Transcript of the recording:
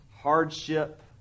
hardship